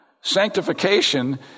Sanctification